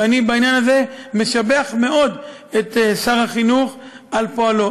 ואני בעניין הזה משבח מאוד את שר החינוך על פועלו.